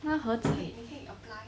那盒子